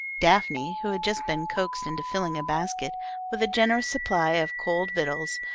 daphne, who had just been coaxed into filling a basket with a generous supply of cold victuals,